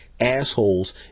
assholes